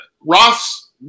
Ross